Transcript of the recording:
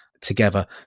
together